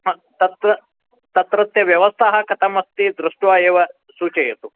हा तत्र तत्रत्य व्यवस्थाः कथमस्ति दृष्ट्वा एव सूचयतु